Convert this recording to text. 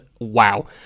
wow